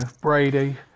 Brady